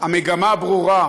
המגמה ברורה,